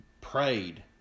prayed